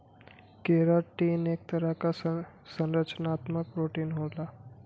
keratin एक तरह क संरचनात्मक प्रोटीन होला